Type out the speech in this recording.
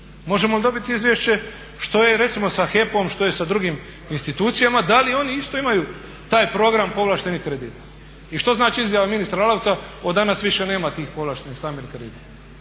Možemo li dobiti izvješće recimo što je sa HEP-om što je sa drugim institucijama, da li oni isto imaju taj program povlaštenih kredita. I što znači izjava ministra Lalovca od danas više nema tih povlaštenih stambenih kredita.